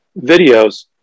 videos